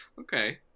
Okay